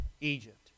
Egypt